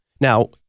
Now